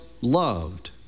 loved